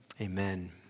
Amen